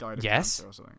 Yes